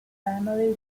family